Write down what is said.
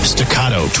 Staccato